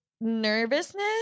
nervousness